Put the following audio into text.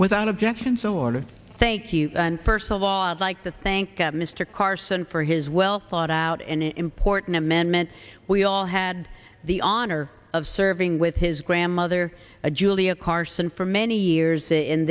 without objection sort of thank you first of all i'd like to thank mr carson for his well thought out an important amendment we all had the honor of serving with his grandmother a julia carson for many years in